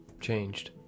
changed